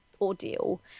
ordeal